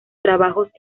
trabajos